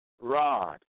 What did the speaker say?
rod